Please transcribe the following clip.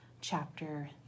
chapter